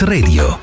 Radio